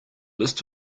list